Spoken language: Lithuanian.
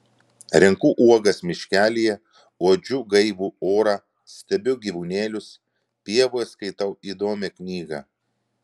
renku uogas miškelyje uodžiu gaivų orą stebiu gyvūnėlius pievoje skaitau įdomią knygą